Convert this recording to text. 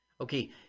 Okay